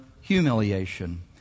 humiliation